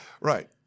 Right